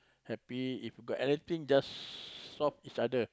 harpy if got anything just solve each other